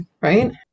right